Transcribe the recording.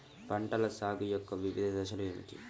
పంటల సాగు యొక్క వివిధ దశలు ఏమిటి?